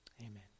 Amen